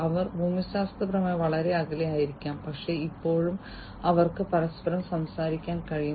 അവർ ഭൂമിശാസ്ത്രപരമായി വളരെ അകലെയായിരിക്കാം പക്ഷേ ഇപ്പോഴും അവർക്ക് പരസ്പരം സംസാരിക്കാൻ കഴിയും